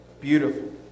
Beautiful